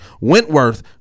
Wentworth